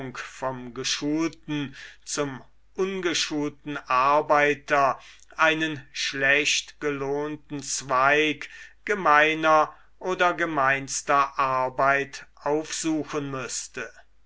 vom geschulten zum ungeöchulten arbeiter einen schlecht gelohnten zweig gemeiner oder gemeinster arbeit aufsuchen müßte